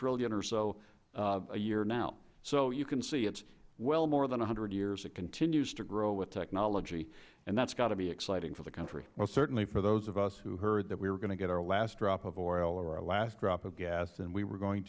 trillion or so a year now so you can see it's well more than a hundred years it continues to grow with technology and that's got to be exciting chairman issa well certainly for those of us who heard that we were going to get our last drop of oil or our last drop of gas and we were going